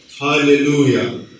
Hallelujah